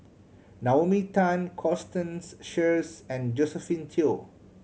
Naomi Tan Constance Sheares and Josephine Teo